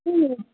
ह्म्म